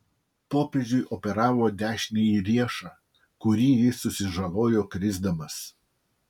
popiežiui operavo dešinįjį riešą kurį jis susižalojo krisdamas